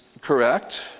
correct